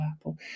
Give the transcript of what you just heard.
Apple